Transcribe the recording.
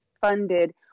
funded